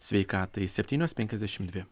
sveikatai septynios penkiasdešimt dvi